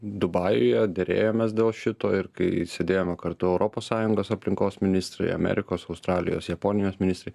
dubajuje derėjomės dėl šito ir kai sėdėjome kartu europos sąjungos aplinkos ministrai amerikos australijos japonijos ministrai